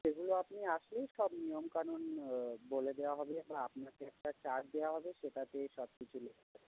সেগুলো আপনি আসুন সব নিয়মকানুন বলে দেওয়া হবে বা আপনাকে একটা চার্ট দেওয়া হবে সেটাতেই সব কিছু লেখা